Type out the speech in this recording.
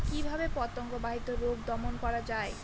কিভাবে পতঙ্গ বাহিত রোগ দমন করা যায়?